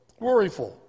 worryful